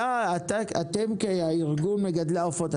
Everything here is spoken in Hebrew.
אתם כארגון מגדלי העופות,